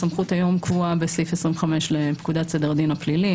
הסמכות היום קבועה בסעיף 25 לפקודת סדר הדין הפלילי.